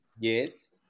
Yes